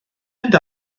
mynd